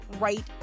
right